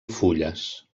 fulles